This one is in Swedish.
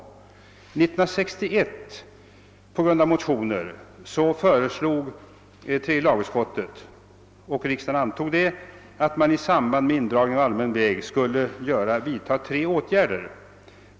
1961 föreslog tredje lagutskottet på grundval av motioner — och riksdagen antog förslaget — att man i samband med indragning av allmän väg skulle vidta tre åtgärder.